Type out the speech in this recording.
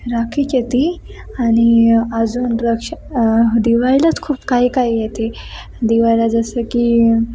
राखीच येती आणि अजून रक्षा दिवाळीलाच खूप काही काही येते दिवाळीला जसं की